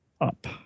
up